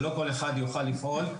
שלא כל אחד יוכל לפעול.